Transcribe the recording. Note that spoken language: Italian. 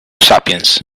sapiens